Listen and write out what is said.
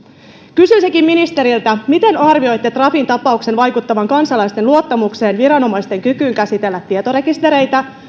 kysyisinkin ministeriltä miten arvioitte trafin tapauksen vaikuttavan kansalaisten luottamukseen viranomaisten kykyyn käsitellä tietorekistereitä